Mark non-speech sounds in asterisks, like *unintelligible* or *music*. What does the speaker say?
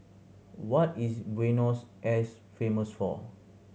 what is Buenos *unintelligible* famous for